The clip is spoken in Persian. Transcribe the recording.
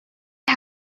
ولی